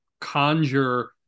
conjure